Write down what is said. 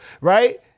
Right